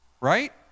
Right